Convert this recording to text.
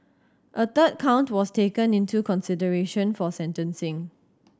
a third count was taken into consideration for sentencing